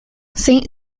saint